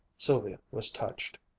sylvia was touched.